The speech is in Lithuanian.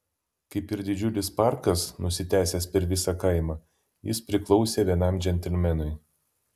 kaip ir didžiulis parkas nusitęsęs per visą kaimą jis priklausė vienam džentelmenui